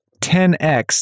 10X